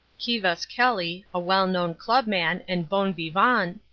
kivas kelly, a well-known club man and bon vivant,